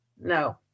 No